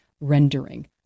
rendering